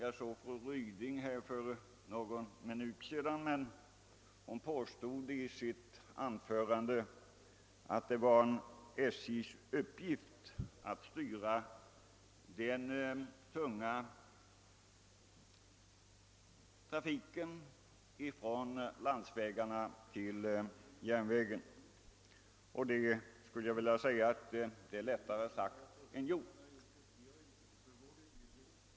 Fru Ryding ansåg att det var en SJ:s uppgift att styra den tunga trafiken från landsväg till järnväg. Detta är emellertid lättare sagt än gjort.